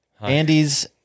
Andy's